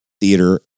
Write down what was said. theater